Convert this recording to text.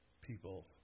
people